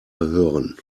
hören